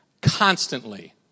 constantly